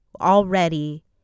already